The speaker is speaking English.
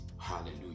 Hallelujah